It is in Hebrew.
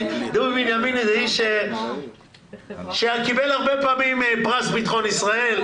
דובי בנימיני זה איש שקיבל הרבה פעמים פרס ביטחון ישראל,